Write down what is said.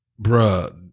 bruh